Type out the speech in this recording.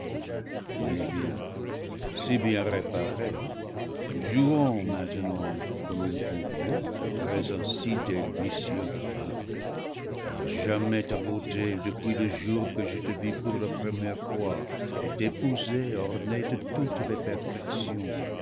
viens si bien réparés jouons maintenant comme il convient après un si délicieux repas car jamais ta beauté depuis le jour que je te vis pour la première fois et t'épousai ornée de toutes les perfections